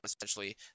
essentially